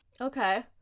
Okay